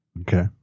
Okay